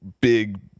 big